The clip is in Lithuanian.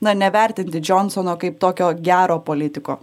na nevertinti džonsono kaip tokio gero politiko